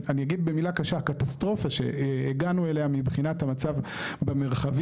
אני אגיד במילה קשה קטסטרופה שהגענו אליה מבחינת המצב במרחבים,